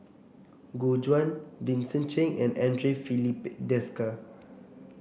Gu Juan Vincent Cheng and Andre Filipe Desker